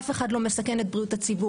אף אחד לא מסכן את בריאות הציבור.